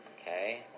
Okay